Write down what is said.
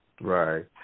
Right